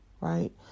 right